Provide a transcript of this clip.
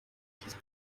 ist